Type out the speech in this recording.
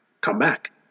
Comeback